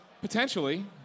Potentially